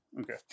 Okay